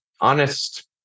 honest